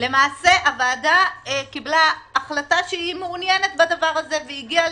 למעשה הוועדה קיבלה החלטה שהיא מעוניינת בזה והגיעה